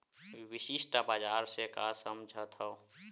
विशिष्ट बजार से का समझथव?